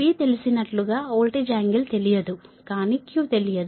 P తెలిసినట్లుగా voltage angle తెలియదు కానీ Q తెలియదు